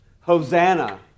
Hosanna